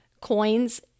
coins